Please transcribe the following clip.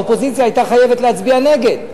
האופוזיציה היתה חייבת להצביע נגד,